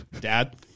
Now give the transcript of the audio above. dad